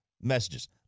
messages